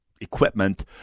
equipment